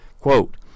Quote